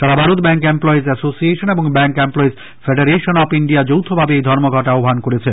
সারা Bharat bank employees association এবং bank employees federation of India যৌথ ভাবে এই ধর্মঘট আহ্বান করেছে